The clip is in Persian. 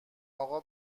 اقا